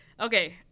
Okay